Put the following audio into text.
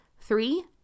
three